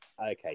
okay